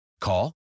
Call